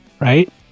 right